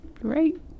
Great